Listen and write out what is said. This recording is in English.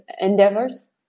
endeavors